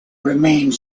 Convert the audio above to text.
remained